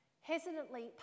Hesitantly